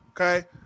Okay